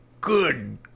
good